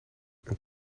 een